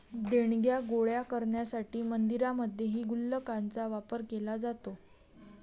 देणग्या गोळा करण्यासाठी मंदिरांमध्येही गुल्लकांचा वापर केला जातो